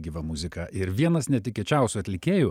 gyva muzika ir vienas netikėčiausių atlikėjų